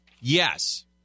yes